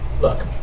look